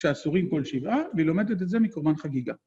כשאסורים כל שבעה, ולומדת את זה מקורמן חגיגה.